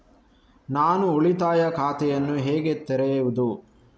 ನಾನು ಉಳಿತಾಯ ಖಾತೆಯನ್ನು ಹೇಗೆ ತೆರೆಯುದು?